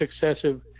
successive